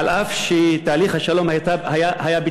אף שתהליך השלום היה בתחילתו.